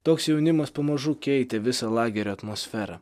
toks jaunimas pamažu keitė visą lagerio atmosferą